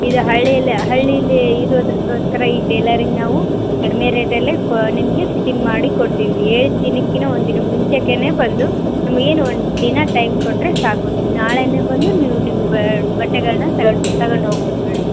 ಇದು ಹಳ್ಳಿಯಲ್ಲಿ ಹಳ್ಳೀಲ್ಲಿ ಇರೋದಕ್ಕೋಸ್ಕರ ಈ ಟೇಲರಿಂಗ್ ನಾವು ಕಡಿಮೆ ರೇಟಲ್ಲೇ ಕೊ ನಿಮಗೆ ಫಿಟ್ಟಿಂಗ್ ಮಾಡಿಕೊಡ್ತೀವಿ ಹೇಳಿದ ದಿನಕ್ಕಿಂತ ಒಂದಿನ ಮುಂಚೆನೇ ಬಂದು ನಮಗೇನು ಒಂದಿನ ಟೈಮ್ ಕೊಟ್ಟರೆ ಸಾಕು ನೀವು ನಾಳೆಯೇ ಬಂದು ನೀವು ನಿಮ್ಮ ಬಟ್ಟೆಗಳನ್ನ ತಗೊಂಡು ತಗೊಂಡು ಹೋಗ್ಬೋದು ಮೇಡಮ್